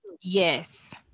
Yes